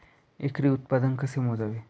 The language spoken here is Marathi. एकरी उत्पादन कसे मोजावे?